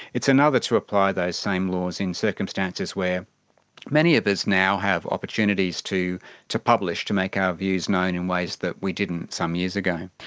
it's another to apply those same laws in circumstances where many of us now have opportunities to to publish, to make our views known in ways that we didn't some years ago.